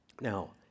Now